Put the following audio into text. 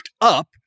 up